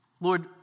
Lord